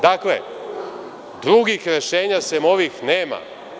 Dakle, drugih rešenja sem ovih nema.